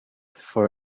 for